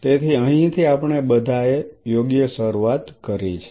તેથી અહીંથી આપણે બધાએ યોગ્ય શરૂઆત કરી છે